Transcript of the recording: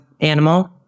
animal